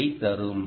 CI தரும்